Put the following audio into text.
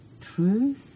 truth